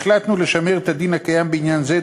החלטנו לשמר את הדין הקיים בעניין זה.